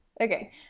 Okay